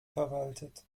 verwaltet